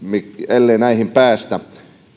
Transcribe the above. ellei näihin tavoitteisiin päästä